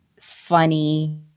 funny